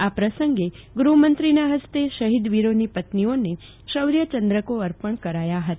અા પ્રસંગે ગૃહમંત્રીના હસ્તે શહીદવીરોની પત્નીઓને શોર્ચ ચંદ્રકો અર્પણ કરાયા હતા